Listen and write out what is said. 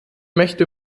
möchte